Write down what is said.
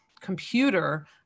computer